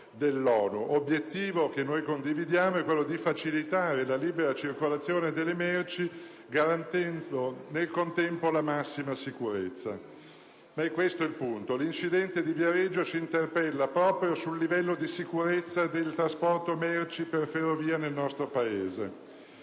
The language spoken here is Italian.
dell'ONU. L'obiettivo, che noi condividiamo, è quello di facilitare la libera circolazione delle merci garantendo nel contempo la massima sicurezza. Ma è questo il punto: l'incidente di Viareggio ci interpella proprio sul livello di sicurezza del trasporto merci per ferrovia nel nostro Paese.